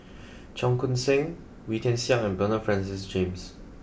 Cheong Koon Seng Wee Tian Siak and Bernard Francis James